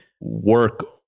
work